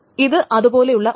ഇത് അതുപോലെയുള്ള ഒന്നാണ്